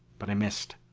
but i missed.